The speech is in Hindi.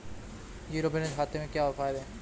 ज़ीरो बैलेंस खाते के क्या फायदे हैं?